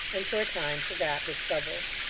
and, for a time, forgot his troubles.